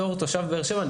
בתור תושב באר שבע,